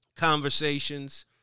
conversations